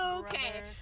Okay